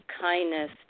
kindness